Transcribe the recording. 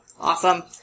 Awesome